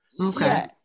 Okay